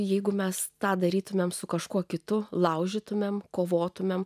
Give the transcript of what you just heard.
jeigu mes tą darytumėme su kažkuo kitu laužytumėm kovotumėm